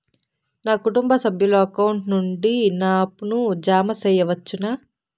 నా కుటుంబ సభ్యుల అకౌంట్ నుండి నా అప్పును జామ సెయవచ్చునా?